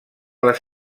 les